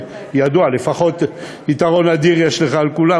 ידוע לפחות יתרון אדיר יש לך על כולם,